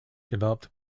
developed